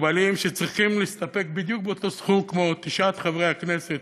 מוגבלים שצריכים להסתפק בדיוק באותו סכום כמו תשעת חברי הכנסת